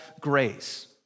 grace